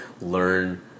learn